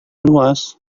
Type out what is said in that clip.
luas